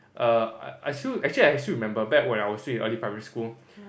err I still actually I still remember back at the time I was still in early primary school